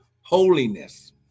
Holiness